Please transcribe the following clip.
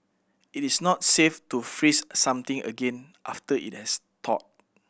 it is not safe to freeze something again after it has thawed